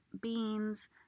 beans